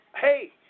hey